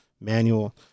manual